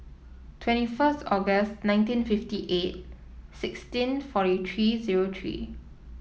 twenty first August nineteen fifty eight sixteen forty three zero three